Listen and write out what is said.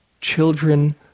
children